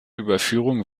überführung